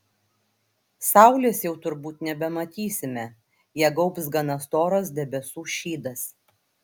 saulės jau turbūt nebematysime ją gaubs gana storas debesų šydas